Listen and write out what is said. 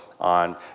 on